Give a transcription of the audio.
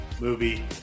movie